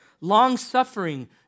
long-suffering